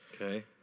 Okay